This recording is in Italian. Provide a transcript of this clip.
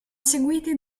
seguiti